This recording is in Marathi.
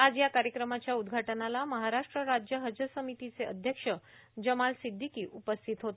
आज या कार्यक्रमाच्या उद्घाटनाला महाराष्ट्र राज्य हज समितीचे अध्यक्ष जमाल सिद्धीकी उपस्थित होते